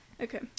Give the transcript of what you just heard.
Okay